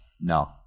no